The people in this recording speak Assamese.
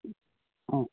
অঁ